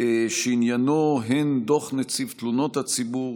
שעניינו הן דוח נציב תלונות הציבור,